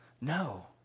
No